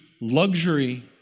luxury